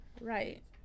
Right